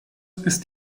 ist